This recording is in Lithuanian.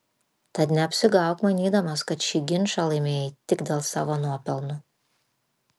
tad neapsigauk manydamas kad šį ginčą laimėjai tik dėl savo nuopelnų